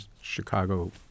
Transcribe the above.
Chicago